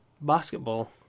basketball